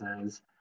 says